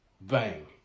bang